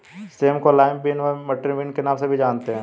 same को lima bean व butterbean के नाम से भी जानते हैं